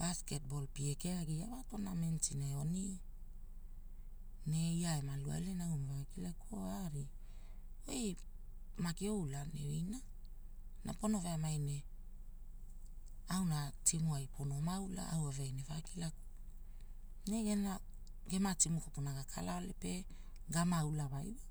basketbol pia keagia wa tonamenti ene oni, na ia ee manuale ia au evakilakuo, aee oi maki oulana in? Na pono veamai ne auna timuai ponoma ula, au woveaina evakilakuo. Ne gena gema timu kopuna gakalao ne gama ula maina